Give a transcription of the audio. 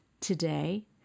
Today